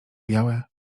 białe